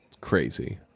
crazy